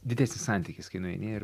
didesnis santykis kai nueini ir